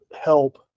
help